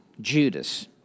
Judas